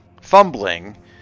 fumbling